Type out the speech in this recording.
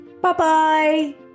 Bye-bye